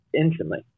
instantly